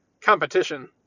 competition